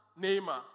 Neymar